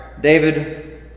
David